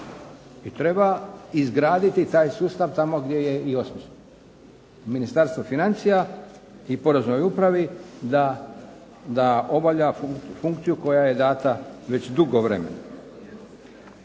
I treba izgraditi taj sustav tamo gdje je i osposobljen. Ministarstvo financija i Poreznoj upravi da obavlja funkciju koja joj je dana već dugo vremena.